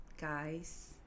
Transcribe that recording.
guys